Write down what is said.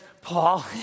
Paul